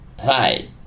Hi